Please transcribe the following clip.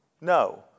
No